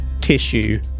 tissue